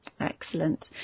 Excellent